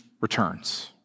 returns